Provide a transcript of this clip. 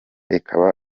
ikaba